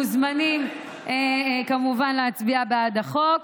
מוזמנים להצביע בעד החוק.